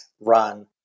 run